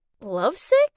lovesick